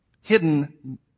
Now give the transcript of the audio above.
Hidden